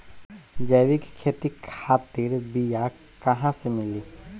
जैविक खेती खातिर बीया कहाँसे मिली?